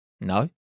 No